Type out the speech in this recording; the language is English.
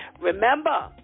Remember